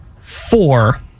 four